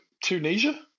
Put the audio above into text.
Tunisia